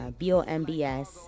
bombs